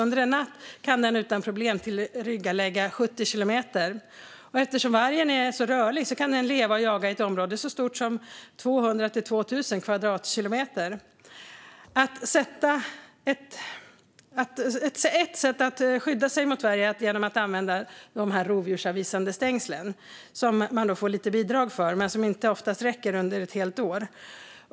Under en natt kan den utan problem tillryggalägga 70 kilometer. Eftersom vargen är så rörlig kan den leva och jaga i ett område så stort som 200-2 000 kvadratkilometer. Ett sätt att skydda sig mot varg är att använda de här rovdjursavvisande stängslen som man då får lite bidrag för, bidrag som dock oftast inte räcker ett helt år.